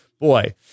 boy